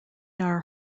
are